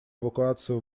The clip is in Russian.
эвакуацию